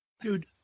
dude